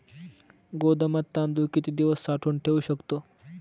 गोदामात तांदूळ किती दिवस साठवून ठेवू शकतो?